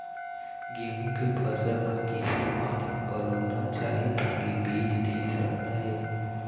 गेहूं के फसल म किसे पानी पलोना चाही ताकि बीज नई सड़ना ये?